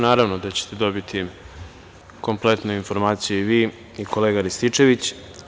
Naravno da ćete dobiti kompletnu informaciju, i vi i kolega Rističević.